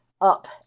up